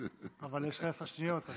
אבל יש לך עשר שניות.